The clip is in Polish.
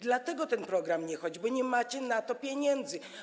Dlatego ten program nie działa - nie macie na to pieniędzy.